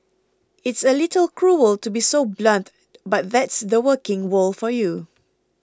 it's a little cruel to be so blunt but that's the working world for you